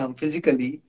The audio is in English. physically